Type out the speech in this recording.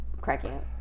cracking